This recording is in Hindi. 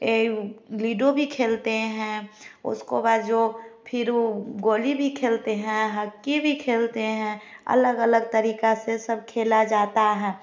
उह्ह लीडो भी खेलते है उसको बाद जो फिर वो गोली भी खेलते है हक्की भी खेलते है अलग अलग तरीका से सब खेला जाता है